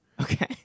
Okay